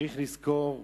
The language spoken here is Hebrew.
צריך לזכור: